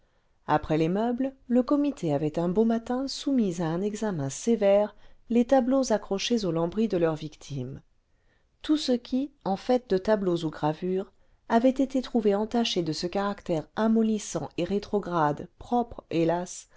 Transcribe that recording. après les meubles le comité avait un beau matin soumis à un examen sévère les tableaux accrochés aux lambris de leur victime tout ce qui en fait cle tableaux ou gravures avait été trouvé entaché de ce caractère amollissant et rétrograde propre hélas